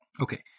Okay